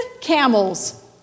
camels